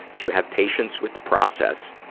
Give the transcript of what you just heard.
to have patience with the process,